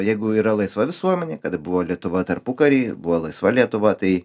jeigu yra laisva visuomenė kada buvo lietuva tarpukary buvo laisva lietuva tai